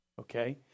okay